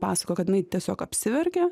pasakojo kad jinai tiesiog apsiverkė